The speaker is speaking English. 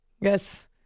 Yes